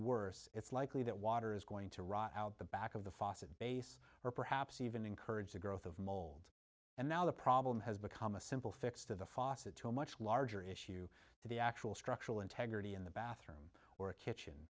worse it's likely that water is going to rot out the back of the faucet base or perhaps even encourage the growth of mold and now the problem has become a simple fix to the fossett to a much larger issue to the actual structural integrity in the bathroom or a kitchen